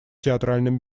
театральным